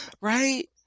right